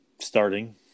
starting